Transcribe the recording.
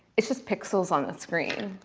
it's just pixels on the screen